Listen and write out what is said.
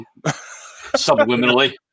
Subliminally